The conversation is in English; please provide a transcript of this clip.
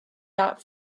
not